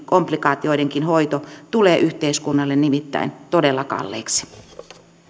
komplikaatioiden hoito tulee yhteiskunnalle nimittäin todella kalliiksi